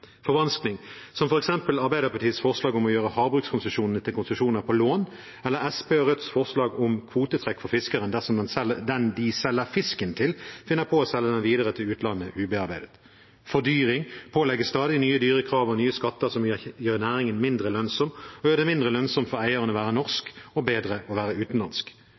Arbeiderpartiets forslag om å gjøre havbrukskonsesjonene til konsesjoner på lån, eller Senterpartiet og Rødts forslag om kvotetrekk for fiskeren dersom den de selger fisken til, finner på å selge den videre til utlandet ubearbeidet. Fordyring er å pålegge stadig nye, dyre krav og nye skatter som gjør næringen mindre lønnsom, og gjør det mindre lønnsomt for eieren å være norsk og bedre å være utenlandsk.